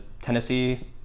Tennessee